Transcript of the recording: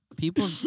People